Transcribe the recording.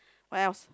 what else